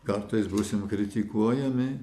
kartais būsim kritikuojami